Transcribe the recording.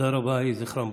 בעלי עסקים,